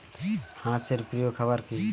হাঁস এর প্রিয় খাবার কি?